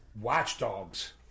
Watchdogs